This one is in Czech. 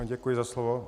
Děkuji za slovo.